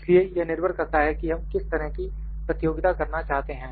इसलिए यह निर्भर करता है कि हम किस तरह की प्रतियोगिता करना चाहते हैं